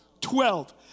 Twelve